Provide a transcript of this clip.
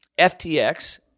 FTX